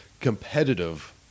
competitive